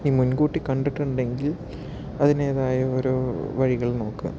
ഇനി മുൻകൂട്ടി കണ്ടിട്ടുണ്ടെങ്കിൽ അതിൻ്റേതായ ഓരോ വഴികൾ നോക്കുക